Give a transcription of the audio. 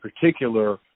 particular